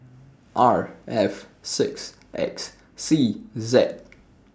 R F six X C Z